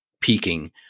peaking